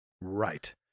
Right